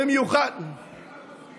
במיוחד, בן גביר,